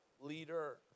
leader